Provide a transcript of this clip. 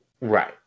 Right